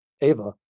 Ava